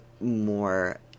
more